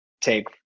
take